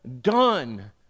done